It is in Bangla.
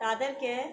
তাদেরকে